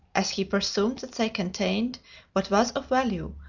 as he presumed that they contained what was of value,